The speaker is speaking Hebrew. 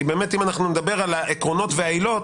כי באמת אם נדבר על העקרונות והעילות,